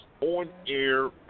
on-air